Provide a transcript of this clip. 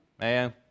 Man